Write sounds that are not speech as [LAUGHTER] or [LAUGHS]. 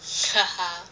[LAUGHS]